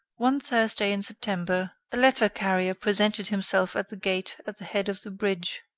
one thursday in september, a letter-carrier presented himself at the gate at the head of the bridge,